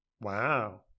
Wow